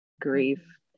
grief